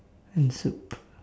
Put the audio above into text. and soup